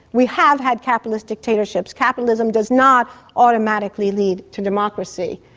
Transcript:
we have had capitalist dictatorships. capitalism does not automatically lead to democracy.